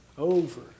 over